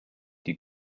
die